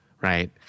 right